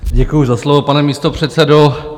Děkuji za slovo, pane místopředsedo.